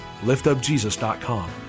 liftupjesus.com